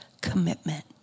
commitment